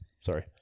Sorry